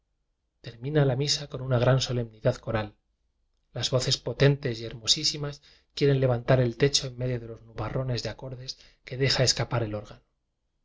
la misa con una gran solemnidad coral las voces potentes y hermosísimas quieren levantar el techo enmedio de los nu barrones de acordes que deja escapar el